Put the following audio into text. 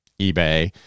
eBay